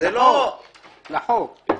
הצבעת?